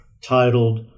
titled